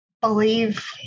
believe